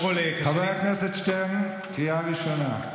חבר הכנסת שטרן, קריאה ראשונה.